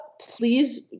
Please